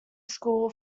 school